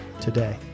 today